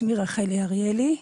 שמי רחלי אריאלי,